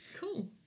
Cool